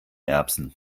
erbsen